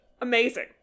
Amazing